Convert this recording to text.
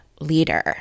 leader